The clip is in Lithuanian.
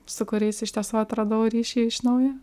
su kuriais iš tiesų atradau ryšį iš naujo